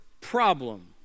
problem